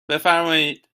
بفرمایید